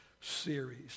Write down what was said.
series